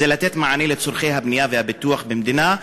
לתת מענה לצורכי הבנייה והפיתוח במדינה,